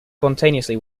spontaneously